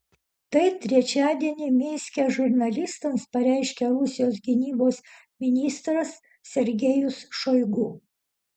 tai trečiadienį minske žurnalistams pareiškė rusijos gynybos ministras sergejus šoigu